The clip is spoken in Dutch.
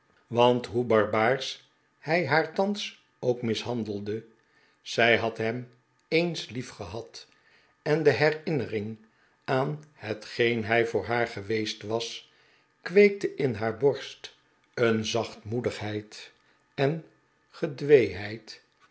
want hoe barbaarsch hij haar thans ook mishandelde zij had hem eens liefgehad en de herinnering aan hetgeen hij voor haar geweest was kweekte in haar borst een zachtmoedigheid en gedweeheid